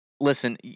Listen